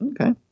Okay